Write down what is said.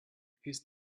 his